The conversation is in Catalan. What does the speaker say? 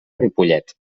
ripollet